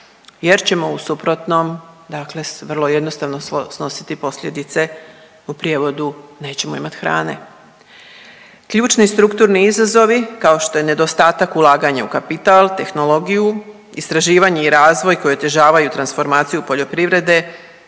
jer ćemo u suprotnom dakle vrlo jednostavno snositi posljedice u prijevodu nećemo imati hrane. Ključni i strukturni izazovi kao što je nedostatak ulaganja u kapital, tehnologiju, istraživanje i razvoj koji otežavaju transformaciju poljoprivrede